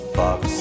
box